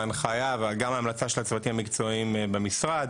ההנחיה וגם ההמלצה של הצוותים המקצועיים במשרד,